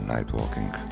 Nightwalking